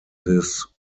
this